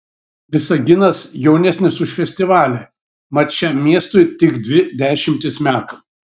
visaginas jaunesnis už festivalį mat šiam miestui tik dvi dešimtys metų